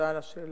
תודה על השאלה.